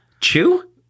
Chew